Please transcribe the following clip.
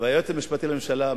והיועץ המשפטי לממשלה מזוז.